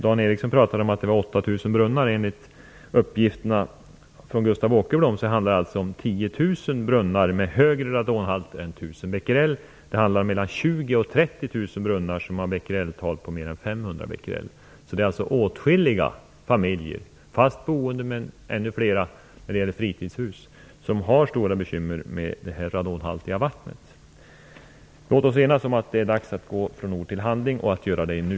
Dan Ericsson talade om 8 000 brunnar. Enligt uppgifter från Gustav Åkerblom handlar det om becquerel. Vidare har mellan 20 000 och 30 000 brunnar becquereltal som överstiger 500. Det är alltså åtskilliga fast boende familjer och familjer med fritidshus som har stora bekymmer med radonhaltigt vatten. Låt oss enas om att det är dags att gå från ord till handling och att det skall göras nu!